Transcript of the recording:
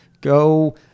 Go